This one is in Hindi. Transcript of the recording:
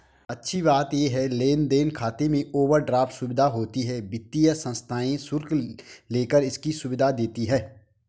अच्छी बात ये है लेन देन खाते में ओवरड्राफ्ट सुविधा होती है वित्तीय संस्थाएं शुल्क लेकर इसकी सुविधा देती है